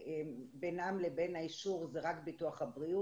כשבינם לבין האישור זה רק ביטוח הבריאות